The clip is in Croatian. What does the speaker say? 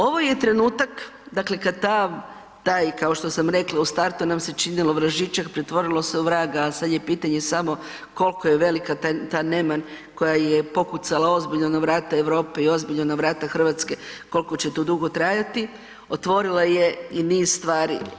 Ovo je trenutak dakle kad ta, taj kao što rekla u startu nam se činilo vražićak pretvorilo se u vraga, a sad je pitanje samo kolika je ta neman koja je pokucala ozbiljno na vrata Europe i ozbiljno na vrata Hrvatske koliko će to dugo trajati otvorila je i niz stvari.